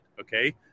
okay